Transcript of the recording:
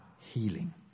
healing